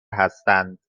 هستند